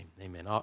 Amen